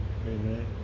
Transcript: Amen